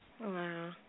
Wow